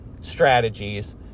strategies